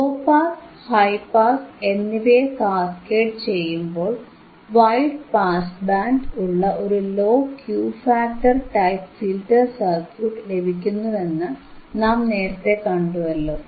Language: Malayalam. ലോ പാസ് ഹൈ പാസ് എന്നിവയെ കാസ്കേഡ് ചെയ്യുമ്പോൾ വൈഡ് പാസ് ബാൻഡ് ഉള്ള ഒരു low Q factor type filter circuit ലഭിക്കുന്നുവെന്ന് നാം നേരത്തേ കണ്ടുവല്ലോ